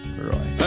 Roy